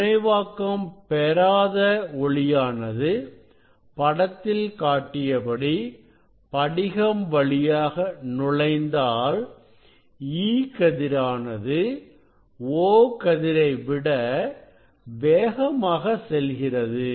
முனைவாக்கம் பெறாத ஒளியானது படத்தில் காட்டியபடி படிகம் வழியாக நுழைந்தாள் E கதிரானது O கதிரை விட வேகமாக செல்கிறது